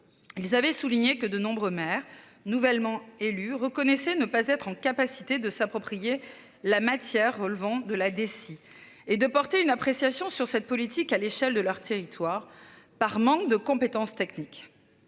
Il avait souligné que de nombreux maires nouvellement élus reconnaissait ne pas être en capacité de s'approprier la matière relevant de la DSI et de porter une appréciation sur cette politique à l'échelle de leur territoire par manque de compétences techniques.